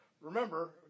remember